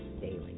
daily